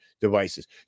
devices